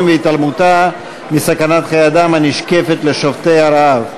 והתעלמותה מהסכנה הנשקפת לחיי שובתי הרעב.